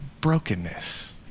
brokenness